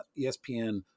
ESPN